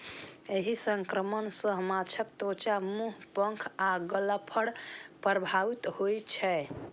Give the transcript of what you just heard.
एहि संक्रमण सं माछक त्वचा, मुंह, पंख आ गलफड़ प्रभावित होइ छै